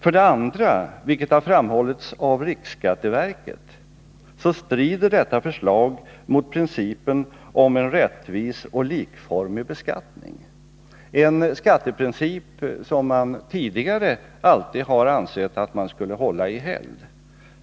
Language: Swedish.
För det andra, vilket har framhållits av riksskatteverket, strider detta förslag mot principen om en rättvis och likformig beskattning, en skatteprincip som man tidigare alltid har ansett att man skulle hålla i helgd.